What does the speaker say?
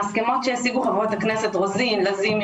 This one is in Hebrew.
ההסכמות שהשיגו חברות הכנסת רוזין, לזימי,